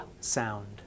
sound